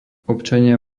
občania